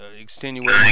extenuating